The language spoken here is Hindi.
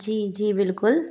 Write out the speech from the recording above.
जी जी बिल्कुल